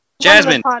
Jasmine